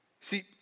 See